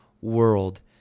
world